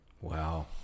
Wow